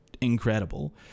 incredible